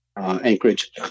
Anchorage